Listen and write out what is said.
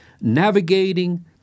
navigating